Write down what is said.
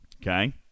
Okay